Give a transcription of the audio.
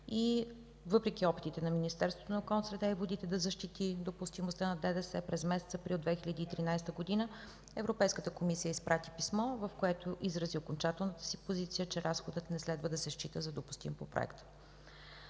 и въпреки опитите на Министерството да защити допустимостта на ДДС през месец април 2013 г., Европейската комисия изпрати писмо, в което изрази окончателната си позиция, че разходът не следва да се счита за допустим по проекта.